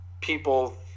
people